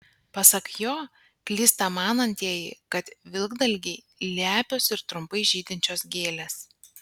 pasak jo klysta manantieji kad vilkdalgiai lepios ir trumpai žydinčios gėlės